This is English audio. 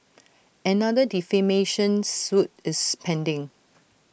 another defamation suit is pending